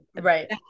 right